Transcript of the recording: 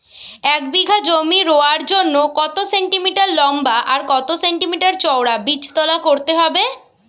এক বিঘা জমি রোয়ার জন্য কত সেন্টিমিটার লম্বা আর কত সেন্টিমিটার চওড়া বীজতলা করতে হবে?